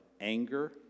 anger